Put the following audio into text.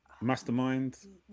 Mastermind